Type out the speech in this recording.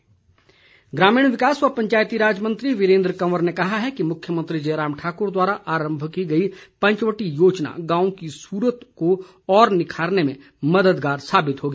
वीरेन्द्र कंवर ग्रामीण विकास व पंचायतीराज मंत्री वीरेन्द्र कंवर ने कहा है कि मुख्यमंत्री जयराम ठाकुर द्वारा आरंभ की गई पंचवटी योजना गांवों की सूरत को और निखारने में मददगार साबित होगी